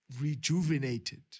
rejuvenated